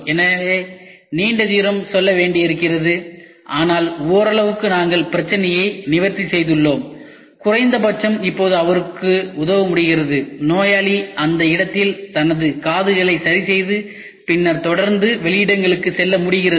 எனவே நீண்ட தூரம் செல்ல வேண்டியிருக்கிறது ஆனால் ஓரளவுக்கு நாங்கள் பிரச்சினையை நிவர்த்தி செய்துள்ளோம் குறைந்தபட்சம் இப்போது அவருக்கு உதவ முடிகிறது நோயாளி அந்த இடத்தில் தனது காதுகளை சரிசெய்து பின்னர் தொடர்ந்து வெளியிடங்களுக்கு செல்ல முடிகிறது